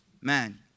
man